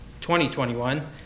2021